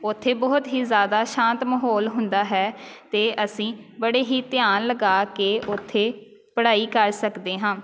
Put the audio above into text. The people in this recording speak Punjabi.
ਉੱਥੇ ਬਹੁਤ ਹੀ ਜ਼ਿਆਦਾ ਸ਼ਾਂਤ ਮਾਹੌਲ ਹੁੰਦਾ ਹੈ ਅਤੇ ਅਸੀਂ ਬੜੇ ਹੀ ਧਿਆਨ ਲਗਾ ਕੇ ਉੱਥੇ ਪੜ੍ਹਾਈ ਕਰ ਸਕਦੇ ਹਾਂ